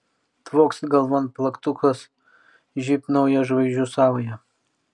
tvokst galvon plaktukas žybt nauja žvaigždžių sauja